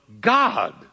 God